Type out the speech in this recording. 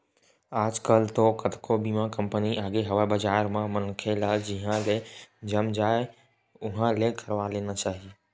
आजकल तो कतको बीमा कंपनी आगे हवय बजार म मनखे ल जिहाँ ले जम जाय उहाँ ले करवा लेना चाही